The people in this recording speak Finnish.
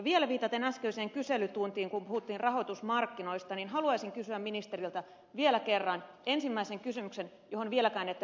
vielä viitaten äskeiseen kyselytuntiin kun puhuttiin rahoitusmarkkinoista haluaisin kysyä ministeriltä vielä kerran ensimmäisen kysymyksen johon vieläkään ette vastannut